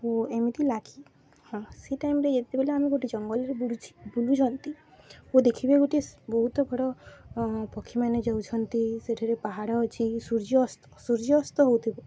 ଓ ଏମିତି ଲାଗେ ହଁ ସେ ଟାଇମରେ ଯେତେବେଲେ ଆମେ ଗୋଟେ ଜଙ୍ଗଲରେ ବୁଲୁ ବୁଲୁଛନ୍ତି ଓ ଦେଖିବେ ଗୋଟଏ ବହୁତ ବଡ଼ ପକ୍ଷୀମାନେ ଯାଉଛନ୍ତି ସେଠାରେ ପାହାଡ଼ ଅଛି ସୂର୍ଯ୍ୟ ଅସ୍ତ ସୂର୍ଯ୍ୟ ଅସ୍ତ ହଉଥିବେ